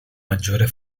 maggiore